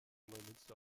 neumünster